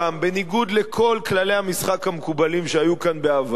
בניגוד לכל כללי המשחק שהיו מקובלים כאן בעבר,